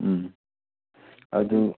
ꯎꯝ ꯑꯗꯨ